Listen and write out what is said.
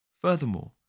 Furthermore